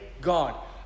God